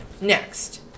next